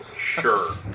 Sure